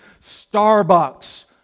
Starbucks